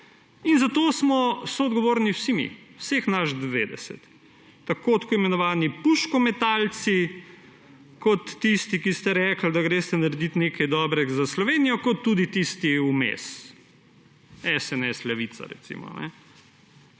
In za to smo soodgovorni vsi mi, vseh nas 90, tako imenovani puškometalci kot tisti, ki ste rekli, da greste naredit nekaj dobrega za Slovenijo, kot tudi tisti vmes, SNS, Levica, recimo.